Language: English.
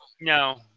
No